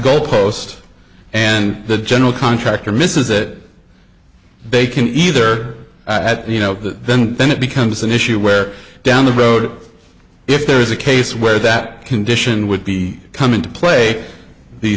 goal post and the general contractor misses it they can either at you know that then then it becomes an issue where down the road if there is a case where that condition would be come into play he